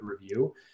review